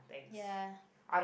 ya